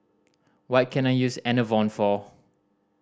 what can I use Enervon for